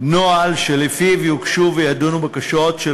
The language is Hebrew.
נוהל שלפיו יוגשו ויידונו בקשות של